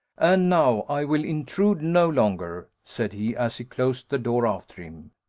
and now i will intrude no longer, said he, as he closed the door after him.